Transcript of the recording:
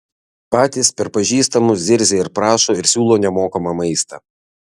patys per pažįstamus zirzia ir prašo ir siūlo nemokamą maistą